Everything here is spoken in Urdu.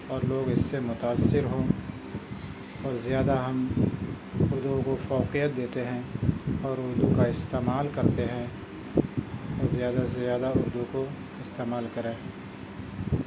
اور لوگ اس سے متاثر ہوں اور زیادہ ہم اردو کو فوقیت دیتے ہیں اور اردو کا استعمال کرتے ہیں زیادہ سے زیادہ اردو کو استعمال کریں